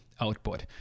output